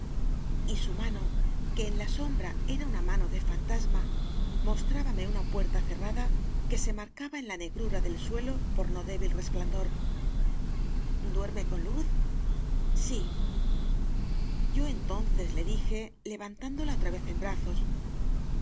y su mano que en la sombra era una mano de fantasma mostrábame una puerta cerrada que se marcaba en la negrura del sueio por no débil resplandor duerme con luz sí yo entonces le dije levantándola otra vez en brazos